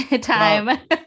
time